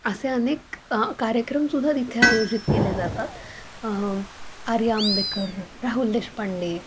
असे अनेक कार्यक्रम सुद्धा तिथे आयोजित केले जातात आर्या आंबेकर राहुल देशपांडे